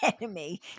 enemy